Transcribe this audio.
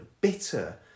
bitter